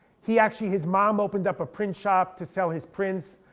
he actually, his mom opened up a print shop to sell his prints.